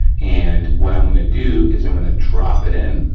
and what i'm gonna do is i'm gonna drop it in